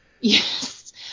Yes